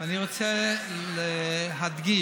אני רוצה להדגיש